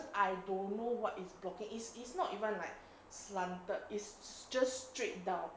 I don't know what it's blocking it's it's not even like slanted it's just straight down